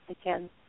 again